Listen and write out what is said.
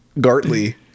Gartley